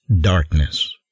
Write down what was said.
darkness